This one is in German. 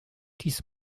dies